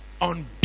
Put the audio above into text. on